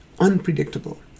unpredictable